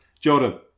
Jordan